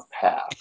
path